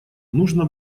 нужно